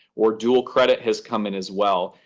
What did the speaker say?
or dual credit has come in as well,